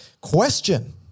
Question